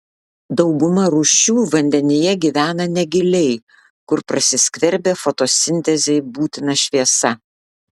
dauguma rūšių vandenyje gyvena negiliai kur prasiskverbia fotosintezei būtina šviesa